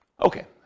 Okay